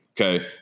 Okay